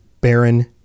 Baron